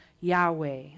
Yahweh